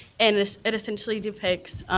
and it essentially depicts